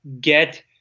get